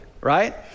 right